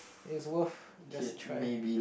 it's worth just try